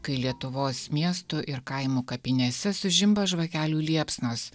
kai lietuvos miestų ir kaimų kapinėse sužimba žvakelių liepsnos